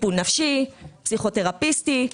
טיפול נפשי, פסיכותרפיסטי.